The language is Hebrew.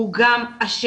הוא גם אשם.